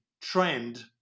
trend